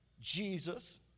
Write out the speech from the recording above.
Jesus